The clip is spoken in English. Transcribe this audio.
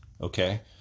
Okay